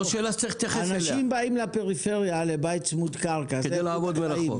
אנשים באים לפריפריה לבית צמוד קרקע ועובדים מהבית.